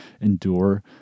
endure